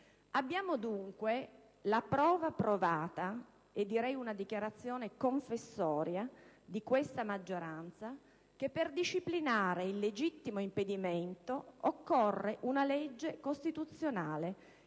Abbiamo dunque la prova provata - e direi una dichiarazione confessoria di questa maggioranza - che per disciplinare il legittimo impedimento occorre una legge costituzionale